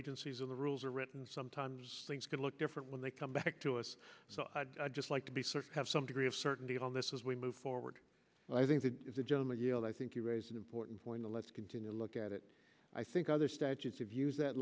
agencies or the rules are written sometimes things can look different when they come back to us so i'd just like to be certain have some degree of certainty on this as we move forward i think is a gentleman yield i think you raise an important point let's continue to look at it i think other statutes of use that